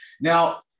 Now